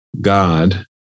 God